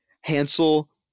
hansel